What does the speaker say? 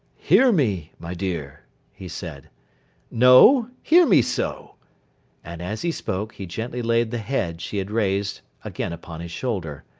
hear me, my dear he said no. hear me so and as he spoke, he gently laid the head she had raised, again upon his shoulder.